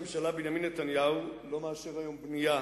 ראש הממשלה בנימין נתניהו לא מאשר היום בנייה